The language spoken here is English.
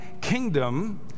kingdom